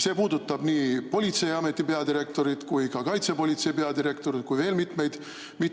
See puudutab nii politseiameti peadirektorit, kaitsepolitsei peadirektorit kui ka mitmeid